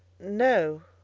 no,